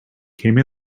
came